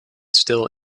still